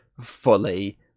fully